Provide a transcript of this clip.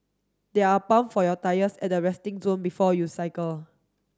there are pump for your tyres at the resting zone before you cycle